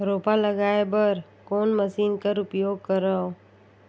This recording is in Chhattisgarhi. रोपा लगाय बर कोन मशीन कर उपयोग करव?